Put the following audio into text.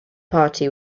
party